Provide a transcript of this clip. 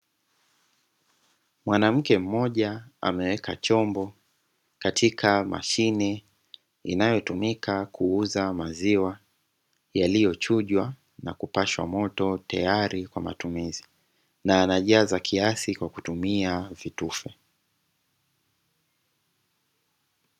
Mwanamke mmoja ameweka chombo katika mashine inayo tumika kuuza maziwa yaliyochujwa na kupashwa moto tayari kwa matumizi, na yanajaza kiasi kwa kutumia vitufe.